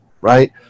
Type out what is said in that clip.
right